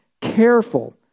Careful